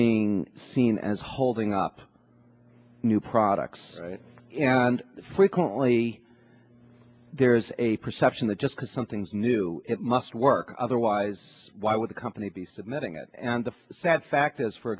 being seen as holding up new products and frequently there is a perception that just because something's new it must work otherwise why would a company be submitting it and the sad fact is for